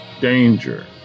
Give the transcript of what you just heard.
danger